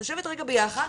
לשבת רגע ביחד,